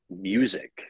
music